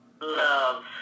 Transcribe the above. love